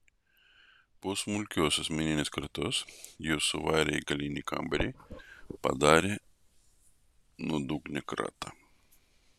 po smulkios asmeninės kratos juos suvarė į galinį kambarį padarė nuodugnią kratą